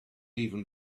even